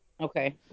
Okay